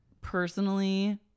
personally